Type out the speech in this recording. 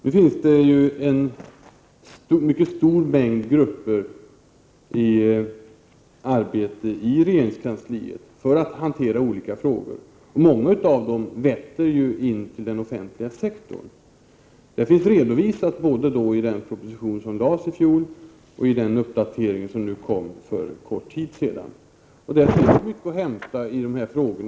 Det finns en stor mängd grupper i arbete i regeringskansliet för att hantera olika frågor. Arbetet vetter mot den offentliga sektorn när det gäller många grupper. Det finns redovisat både i den proposition som lades i fjol och den uppdatering som man gjorde för kort tid sedan. Där finns mycket att hämta i dessa frågor.